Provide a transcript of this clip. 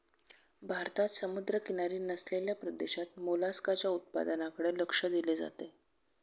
भारतात समुद्रकिनारी नसलेल्या प्रदेशात मोलस्काच्या उत्पादनाकडे लक्ष दिले जाते